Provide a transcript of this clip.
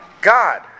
God